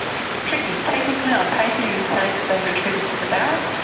it's tricky. technically, on paper you would say that they retreated to the barracks,